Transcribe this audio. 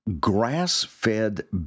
grass-fed